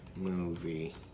movie